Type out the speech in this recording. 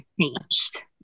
changed